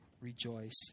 rejoice